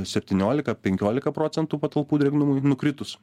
septyniolika penkiolika procentų patalpų drėgnumui nukritus